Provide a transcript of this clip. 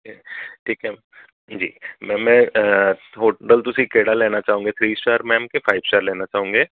ਅਤੇ ਠੀਕ ਹੈ ਜੀ ਮੈਮ ਮੈਂ ਹੋਟਲ ਤੁਸੀਂ ਕਿਹੜਾ ਲੈਣਾ ਚਾਹੋਂਗੇ ਥ੍ਰੀ ਸਟਾਰ ਮੈਮ ਕੇ ਫਾਈਵ ਸਟਾਰ ਲੈਣਾ ਚਾਹੋਂਗੇ